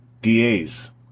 DAs